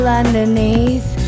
underneath